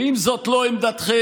ואם זאת לא עמדתכם,